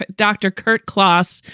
but dr. kurt closs,